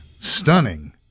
stunning